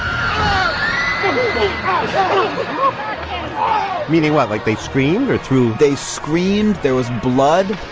um meaning what? like they screamed or threw? they screamed, there was blood,